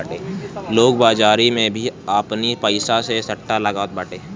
लोग बाजारी में भी आपनी पईसा से सट्टा लगावत बाटे